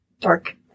dark